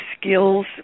skills